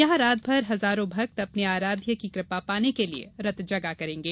यहां रातभर हजारों भक्त अपने आराध्य की कृपा पाने के लिए रतजगा करेंगे